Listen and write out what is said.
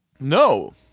No